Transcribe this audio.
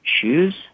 shoes